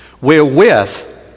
wherewith